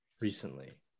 recently